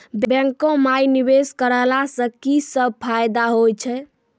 बैंको माई निवेश कराला से की सब फ़ायदा हो छै?